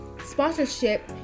Sponsorship